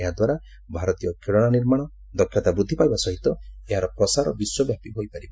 ଏହାଦ୍ୱାରା ଭାରତୀୟ ଖେଳଣା ନିର୍ମାଶ ଦକ୍ଷତା ବୃଦ୍ଧି ପାଇବା ସହିତ ଏହାର ପ୍ରସାର ବିଶ୍ୱବ୍ୟାପୀ ହୋଇପାରିବ